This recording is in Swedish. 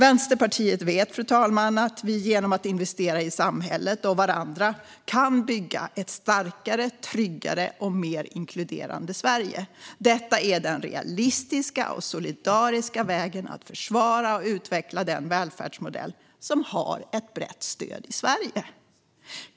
Vänsterpartiet vet att vi genom att investera i samhället och varandra kan bygga ett starkare, tryggare och mer inkluderande Sverige. Detta är den realistiska och solidariska vägen att försvara och utveckla den välfärdsmodell som har ett så brett stöd i Sverige.